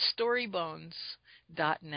StoryBones.net